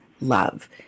love